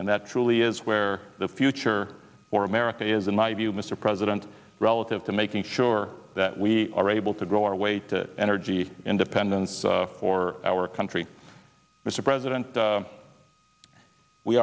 and that truly is where the future for america is in my view mr president relative to making sure that we are able to grow our way to energy independence for our country mr president